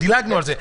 דילגנו על זה.